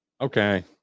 okay